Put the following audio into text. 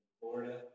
Florida